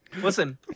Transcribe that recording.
Listen